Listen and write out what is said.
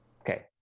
Okay